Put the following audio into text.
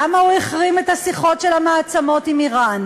למה הוא החרים את השיחות של המעצמות עם איראן,